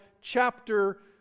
chapter